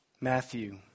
Matthew